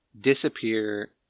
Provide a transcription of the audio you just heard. disappear